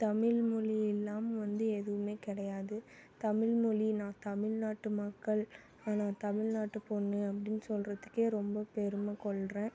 தமிழ்மொழி இல்லாமல் வந்து எதுவுமே கிடையாது தமிழ்மொழினா தமிழ் நாட்டு மக்கள் நான் தமிழ்நாட்டு பொண்ணு அப்படின் சொல்லுறதுக்கே ரொம்ப பெருமை கொள்கிறேன்